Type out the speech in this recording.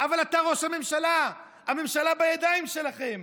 אבל אתה ראש הממשלה, הממשלה בידיים שלכם.